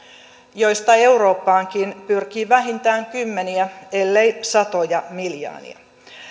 joista eurooppaankin pyrkii vähintään kymmeniä ellei satoja miljoonia